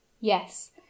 Yes